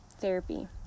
therapy